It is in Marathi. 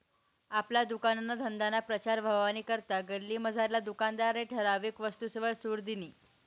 आपला दुकानना धंदाना प्रचार व्हवानी करता गल्लीमझारला दुकानदारनी ठराविक वस्तूसवर सुट दिनी